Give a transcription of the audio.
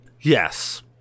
Yes